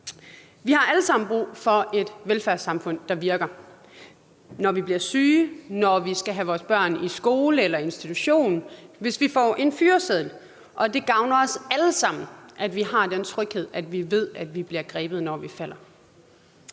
Vi har alle sammen brug for et velfærdssamfund, der virker, når vi bliver syge, når vi skal have vores børn i skole eller i institution, eller hvis vi får en fyreseddel. Og det gavner os alle sammen, at vi har den tryghed; at vi ved, at vi bliver grebet, når vi falder.